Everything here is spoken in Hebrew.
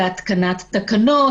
להתקנת תקנות,